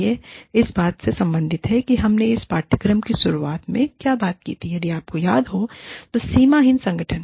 यह इस बात से संबंधित है कि हमने इस पाठ्यक्रम की शुरुआत में क्या बात की है यदि आपको याद है तो सीमाहीन संगठन